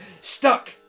Stuck